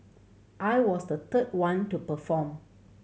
I was the third one to perform